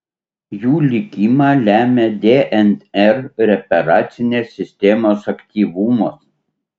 jų likimą lemia dnr reparacinės sistemos aktyvumas